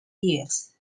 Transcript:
years